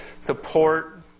support